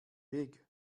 weg